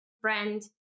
friend